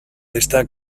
está